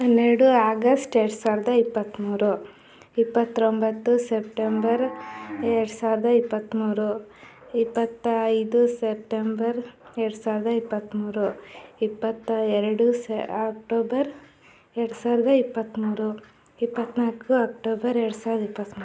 ಹನ್ನೆರಡು ಆಗಸ್ಟ್ ಎರಡು ಸಾವಿರದ ಇಪ್ಪತ್ತ್ಮೂರು ಇಪ್ಪತ್ತೊಂಬತ್ತು ಸೆಪ್ಟೆಂಬರ್ ಎರಡು ಸಾವಿರದ ಇಪ್ಪತ್ತ್ಮೂರು ಇಪ್ಪತ್ತೈದು ಸೆಪ್ಟೆಂಬರ್ ಎರಡು ಸಾವಿರದ ಇಪ್ಪತ್ತ್ಮೂರು ಇಪ್ಪತ್ತೆರಡು ಅಕ್ಟೋಬರ್ ಎರಡು ಸಾವಿರದ ಇಪ್ಪತ್ತ್ಮೂರು ಇಪ್ಪತ್ನಾಲ್ಕು ಅಕ್ಟೋಬರ್ ಎರಡು ಸಾವಿರದ ಇಪ್ಪತ್ತ್ಮೂರು